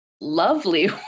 lovely